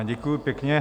Děkuju pěkně.